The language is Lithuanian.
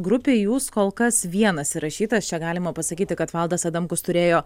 grupėj jūs kol kas vienas įrašytas čia galima pasakyti kad valdas adamkus turėjo